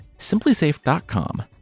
SimplySafe.com